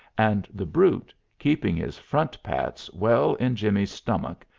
and the brute, keeping his front pats well in jimmy's stomach,